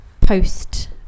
post